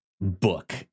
book